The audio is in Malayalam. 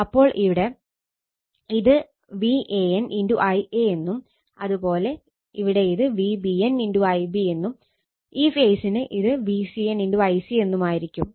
അപ്പോൾ ഇവിടെ ഇത് VAN Ia എന്നും അതുപോലെ ഇവിടെ ഇത് VBN Ib എന്നും ഈ ഫേസിന് ഇത് VCN Ic എന്നുമായിരിക്കും